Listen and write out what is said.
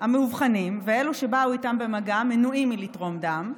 המאובחנים ואלה שבאו איתם במגע מנועים מלתרום דם.